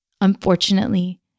unfortunately